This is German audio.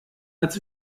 als